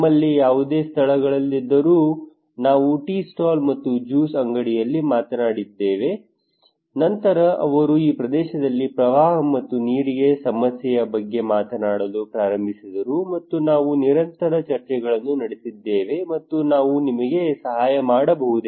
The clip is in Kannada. ನಮ್ಮಲ್ಲಿ ಯಾವುದೇ ಸ್ಥಳಗಳಿದ್ದರೂ ನಾವು ಟೀ ಸ್ಟಾಲ್ ಮತ್ತು ಜ್ಯೂಸ್ ಅಂಗಡಿಯಲ್ಲಿ ಮಾತನಾಡಿದ್ದೇವೆ ನಂತರ ಅವರು ಈ ಪ್ರದೇಶದಲ್ಲಿ ಪ್ರವಾಹ ಮತ್ತು ನೀರಿನ ಸಮಸ್ಯೆಯ ಬಗ್ಗೆ ಮಾತನಾಡಲು ಪ್ರಾರಂಭಿಸಿದರು ಮತ್ತು ನಾವು ನಿರಂತರ ಚರ್ಚೆಗಳನ್ನು ನಡೆಸಿದ್ದೇವೆ ಮತ್ತು ನಾವು ನಿಮಗೆ ಸಹಾಯ ಮಾಡಬಹುದೇ